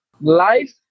life